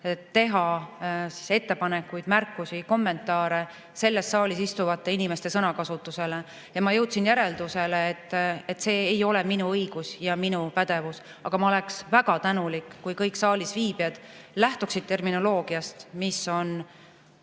teha ettepanekuid, märkusi, kommentaare selles saalis istuvate inimeste sõnakasutuse kohta. Ma jõudsin järeldusele, et see ei ole minu õigus ja minu pädevus, aga ma oleksin väga tänulik, kui kõik saalisviibijad lähtuksid terminoloogiast, mis on